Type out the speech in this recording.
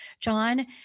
John